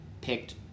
picked